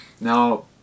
Now